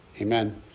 amen